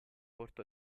porto